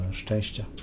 szczęścia